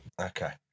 Okay